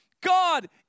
God